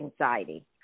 anxiety